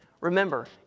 Remember